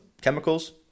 chemicals